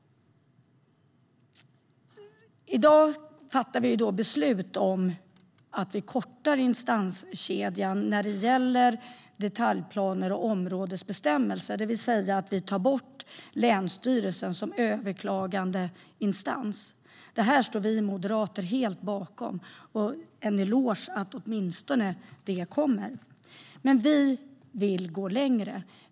I dag fattar vi beslut om att korta instanskedjan när det gäller detaljplaner och områdesbestämmelser, det vill säga vi tar bort länsstyrelsen som överklagandeinstans. Detta står vi moderater helt bakom, och jag vill ge en eloge för att åtminstone detta kommer. Men vi vill gå längre.